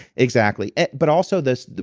exactly but also this,